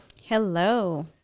Hello